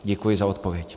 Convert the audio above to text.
Děkuji za odpověď.